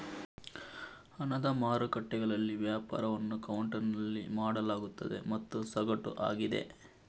ಹಣದ ಮಾರುಕಟ್ಟೆಗಳಲ್ಲಿ ವ್ಯಾಪಾರವನ್ನು ಕೌಂಟರಿನಲ್ಲಿ ಮಾಡಲಾಗುತ್ತದೆ ಮತ್ತು ಸಗಟು ಆಗಿದೆ